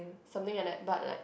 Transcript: something like that but like